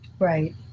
Right